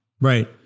Right